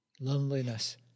loneliness